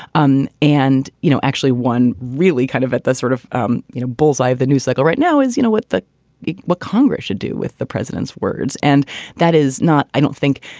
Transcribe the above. um and, you know, actually, one really kind of at the sort of um you know bull's eye of the news cycle right now is, you know, what the what congress should do with the president's words. and that is not i don't think,